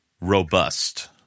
robust